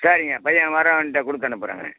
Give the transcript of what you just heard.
சரிங்க பையன் வர்ற அவன்கிட்ட கொடுத்து அனுப்புகிறேங்க